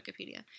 Wikipedia